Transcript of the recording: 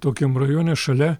tokiam rajone šalia